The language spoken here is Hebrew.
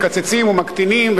מקצצים ומקטינים,